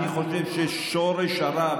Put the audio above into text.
אני חושב ששורש הרע,